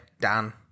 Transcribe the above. Dan